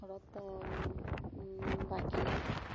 আৰু ঘৰত বাকী